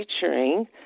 featuring